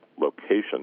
location